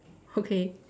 okay